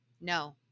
no